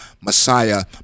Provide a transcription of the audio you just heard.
messiah